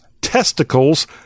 testicles